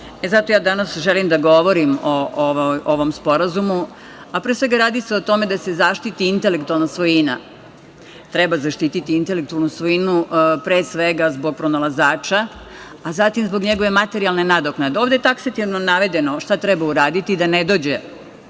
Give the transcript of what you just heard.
Zato ja danas želim da govorim o ovom sporazumu. Pre svega radi se o tome da se zaštiti intelektualna svojina. Treba zaštititi intelektualnu svojinu pre svega zbog pronalazača, a zatim zbog njegove materijalne nadoknade. Ovde je taksativno navedeno šta treba uraditi da ne dođe